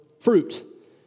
fruit